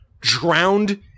drowned